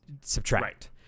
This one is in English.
subtract